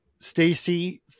Stacey